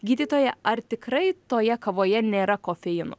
gydytoja ar tikrai toje kavoje nėra kofeinų